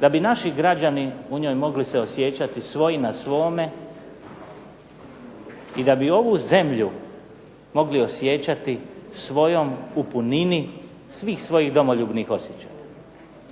da bi naši građani u njoj mogli se osjećati svoji na svome, i da bi ovu zemlju mogli osjećati svojom u punini svih svojih domoljubnih osjećaja.